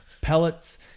pellets